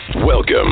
Welcome